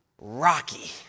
rocky